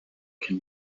can